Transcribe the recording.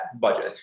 budget